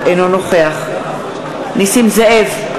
אינו נוכח נסים זאב,